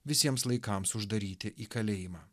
visiems laikams uždaryti į kalėjimą